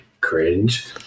cringe